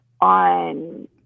on